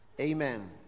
Amen